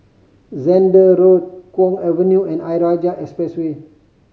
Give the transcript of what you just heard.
Zehnder Road Kwong Avenue and Ayer Rajah Expressway